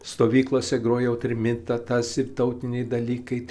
stovyklose grojau trimitą tas ir tautiniai dalykai